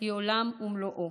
היא עולם ומלואו.